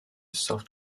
soft